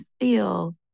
feel